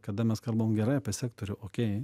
kada mes kalbam gerai apie sektorių okei